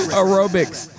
aerobics